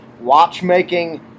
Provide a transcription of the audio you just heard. watchmaking